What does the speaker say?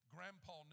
Grandpa